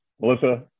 Melissa